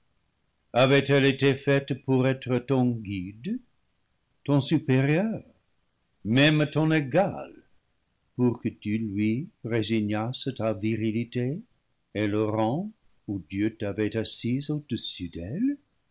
avait-elle été faite pour être ton guide ton supé rieur même ton égal pour que tu lui résignasses ta virilité et le rang où dieu t'avait assis au-dessus d'elle